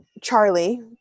Charlie